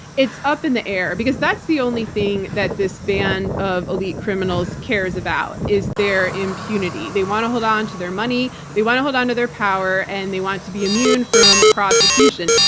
it's up in the air, because that's the only thing that this band of elite criminals cares about, is their impunity. they want to hold onto their money, they want to hold onto their power, and they want to be immune from prosecution.